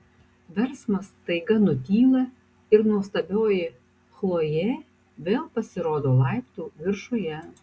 verksmas staiga nutyla ir nuostabioji chlojė vėl pasirodo laiptų viršuje